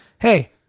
hey